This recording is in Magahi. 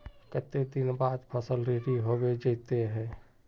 केते दिन बाद फसल रेडी होबे जयते है?